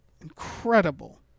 Incredible